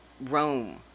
Rome